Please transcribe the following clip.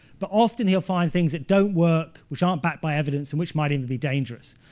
but often he'll find things that don't work, which aren't backed by evidence, and which might even be dangerous.